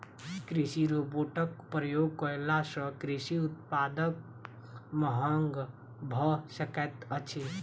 कृषि रोबोटक प्रयोग कयला सॅ कृषि उत्पाद महग भ सकैत अछि